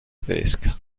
tedesca